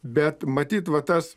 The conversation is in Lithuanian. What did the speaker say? bet matyt va tas